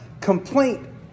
complaint